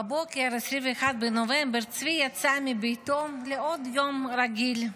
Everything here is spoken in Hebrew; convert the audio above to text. בבוקר 21 בנובמבר צבי יצא מביתו לעוד יום רגיל.